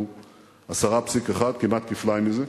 הוא 10.1%; כמעט כפליים מזה.